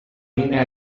linea